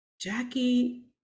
jackie